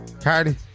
Cardi